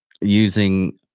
Using